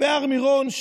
והר מירון,